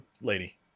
lady